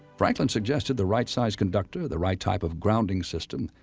franklin suggested the right size conductor, the right type of grounding system,